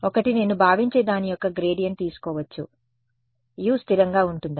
ఒకటి నేను భావించే దాని యొక్క గ్రేడియంట్ తీసుకోవచ్చు U స్థిరంగా ఉంటుందని